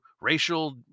racial